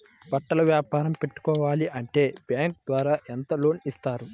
బట్టలు వ్యాపారం పెట్టుకోవాలి అంటే బ్యాంకు ద్వారా ఎంత లోన్ ఇస్తారు?